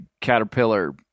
caterpillar